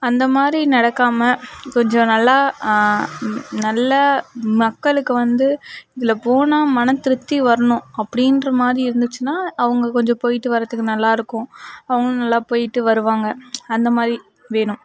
அந்தமாதிரி நடக்காமல் கொஞ்சம் நல்லா நல்ல மக்களுக்கு வந்து இதில் போனா மனத்திருப்தி வரணும் அப்படின்ற மாதிரி இருந்துச்சுன்னா அவங்க கொஞ்சம் போயிவிட்டு வரத்துக்கு நல்லாயிருக்கும் அவங்களும் நல்லா போயிவிட்டு வருவாங்க அந்தமாதிரி வேணும்